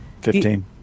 Fifteen